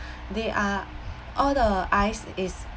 they are all the ice is